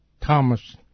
Thomas